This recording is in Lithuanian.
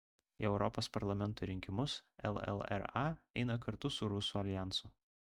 į europos parlamento rinkimus llra eina kartu su rusų aljansu